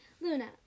Luna